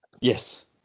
yes